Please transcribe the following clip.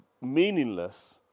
meaningless